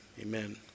Amen